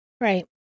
right